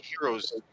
heroes